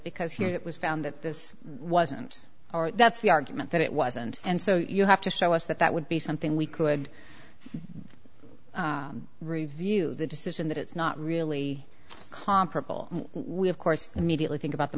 because here it was found that this wasn't that's the argument that it wasn't and so you have to show us that that would be something we could review the decision that it's not really comparable we of course immediately think about the